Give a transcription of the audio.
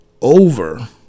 over